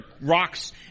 rocks